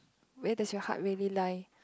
where does your heart really lie